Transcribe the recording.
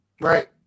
right